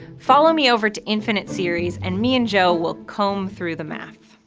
follow me over to infinite series and me and joe will comb through the math.